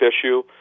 issue